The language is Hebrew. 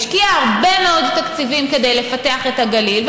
השקיעה הרבה מאוד תקציבים כדי לפתח את הגליל,